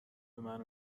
منو